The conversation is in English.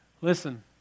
listen